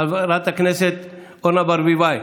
חברת הכנסת אורנה ברביבאי,